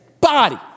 body